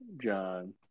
John